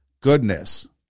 goodness